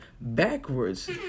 backwards